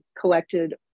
collected